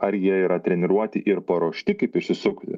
ar jie yra treniruoti ir paruošti kaip išsisukti